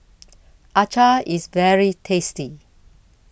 Acar IS very tasty